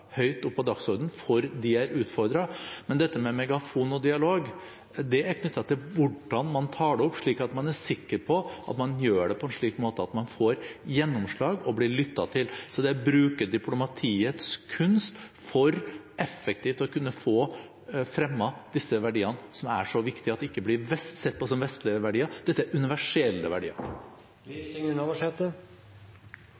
høyt opp på dagsordenen, for de er utfordret. Men dette med megafon og dialog er knyttet til hvordan man tar det opp slik at man er sikker på at man gjør det på en slik måte at man får gjennomslag og blir lyttet til. Det er å bruke diplomatiets kunst for effektivt å kunne få fremmet disse verdiene som er så viktige – at ikke de blir sett på som vestlige verdier. Dette er universelle verdier.